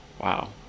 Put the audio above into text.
Wow